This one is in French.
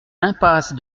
impasse